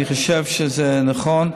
אני חושב שזה נכון,